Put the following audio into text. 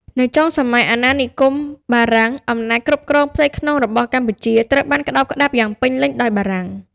នៅចុងសម័យអាណានិគមបារាំង អំណាចគ្រប់គ្រងផ្ទៃក្នុងរបស់កម្ពុជាត្រូវបានក្ដោបក្ដាប់យ៉ាងពេញលេញដោយបារាំង។